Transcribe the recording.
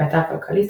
באתר כלכליסט,